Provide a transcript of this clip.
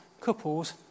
couples